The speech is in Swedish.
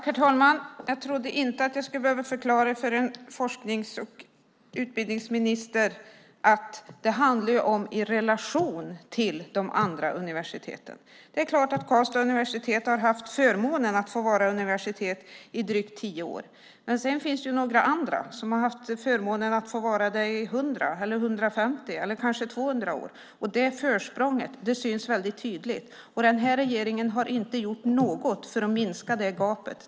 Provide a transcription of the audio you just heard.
Herr talman! Jag trodde inte att jag skulle behöva förklara för en forsknings och utbildningsminister att det är fråga om Karlstad i relation till de andra universiteten. Det är klart att Karlstads universitet har haft förmånen att vara universitet i drygt tio år. Sedan finns det några andra som har haft förmånen att vara universitet i 100, 150 eller kanske 200 år. Det försprånget syns tydligt. Den här regeringen har inte gjort något för att minska gapet.